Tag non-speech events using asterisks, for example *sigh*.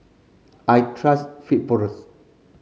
I trust *unintelligible*